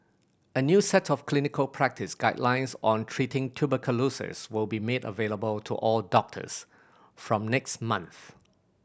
a new set of clinical practice guidelines on treating tuberculosis will be made available to all doctors from next month